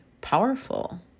powerful